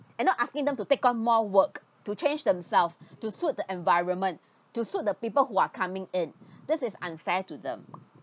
and not asking them to take on more work to change themselves to suit the environment to suit the people who are coming in this is unfair to them